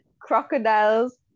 crocodiles